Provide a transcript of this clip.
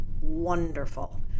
Wonderful